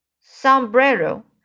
sombrero